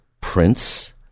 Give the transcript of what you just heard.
prince